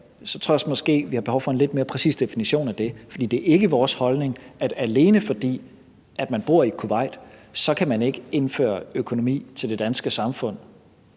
også, at vi har behov for en lidt mere præcis definition af det, for det er ikke vores holdning, at alene fordi man bor i Kuwait, kan man ikke indføre økonomi til det danske samfund,